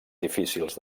difícils